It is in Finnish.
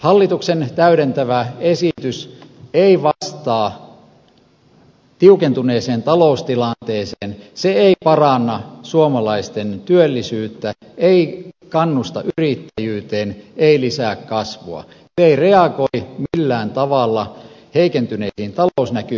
hallituksen täydentävä esitys ei vastaa tiukentuneeseen taloustilanteeseen se ei paranna suomalaisten työllisyyttä ei kannusta yrittäjyyteen ei lisää kasvua se ei reagoi millään tavalla heikentyneisiin talousnäkymiin